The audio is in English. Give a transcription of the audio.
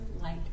light